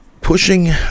pushing